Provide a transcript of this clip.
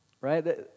right